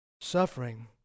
suffering